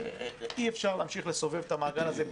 אי אפשר להמשיך לסובב את המעגל הזה,